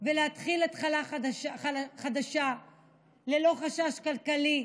ולהתחיל התחלה חדשה ללא כל חשש כלכלי,